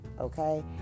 okay